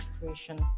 creation